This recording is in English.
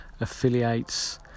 affiliates